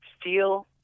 steel